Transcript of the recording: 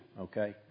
okay